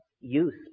use